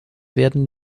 werden